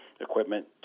equipment